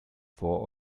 vor